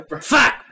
Fuck